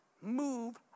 move